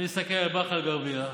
אני מסתכל על באקה אל-גרבייה,